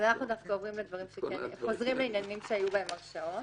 אנחנו חוזרים לעניינים שהיו בהם הרשעות,